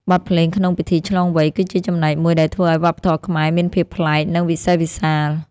បទភ្លេងក្នុងពិធីឆ្លងវ័យ គឺជាចំណែកមួយដែលធ្វើឱ្យវប្បធម៌ខ្មែរមានភាពប្លែក និងវិសេសវិសាល។